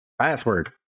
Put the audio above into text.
Password